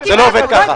זה לא עובד כך.